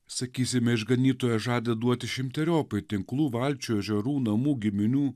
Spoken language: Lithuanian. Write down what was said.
sakysime išganytojas žada duoti šimteriopai tinklų valčių ežerų namų giminių